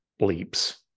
leaps